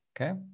Okay